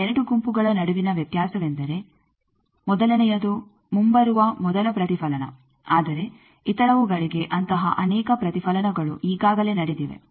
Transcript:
ಈ ಎರಡು ಗುಂಪುಗಳ ನಡುವಿನ ವ್ಯತ್ಯಾಸವೆಂದರೆ ಮೊದಲನೆಯದು ಮುಂಬರುವ ಮೊದಲ ಪ್ರತಿಫಲನ ಆದರೆ ಇತರವುಗಳಿಗೆ ಅಂತಹ ಅನೇಕ ಪ್ರತಿಫಲನಗಳು ಈಗಾಗಲೇ ನಡೆದಿವೆ